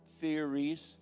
theories